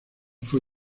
fue